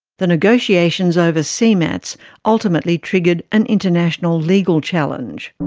the negotiations over cmats ultimately triggered an international legal challenge.